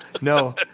no